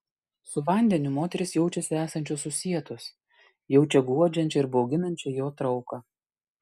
su vandeniu moterys jaučiasi esančios susietos jaučia guodžiančią ir bauginančią jo trauką